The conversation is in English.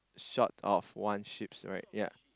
short of one sheep's right ya